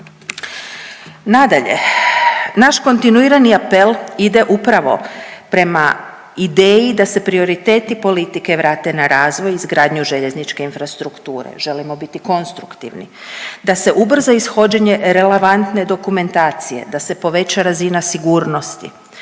Nadalje, naš kontinuirani apel ide upravo prema ideji da se prioriteti politike vrate na razvoj i izgradnju željezničke infrastrukture, želimo biti konstruktivni, da se ubrza ishođenje relevantne dokumentacije, da se poveća razina sigurnosti,